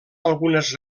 algunes